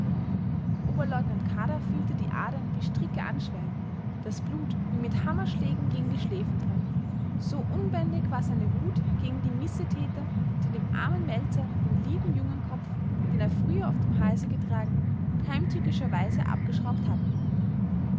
oberleutnant kadar fühlte die adern wie stricke anschwellen das blut wie mit hammerschlägen gegen die schläfen pochen so unbändig war seine wut gegen die missetäter die dem armen meltzar den lieben jungenkopf den er früher auf dem halse getragen heimtückischer weise abgeschraubt hatten